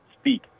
speak